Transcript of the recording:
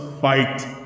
fight